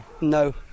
No